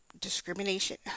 discrimination